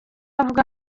avuga